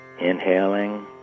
inhaling